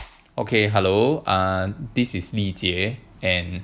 okay hello err this is li jie and